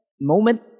moment